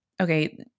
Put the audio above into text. okay